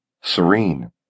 serene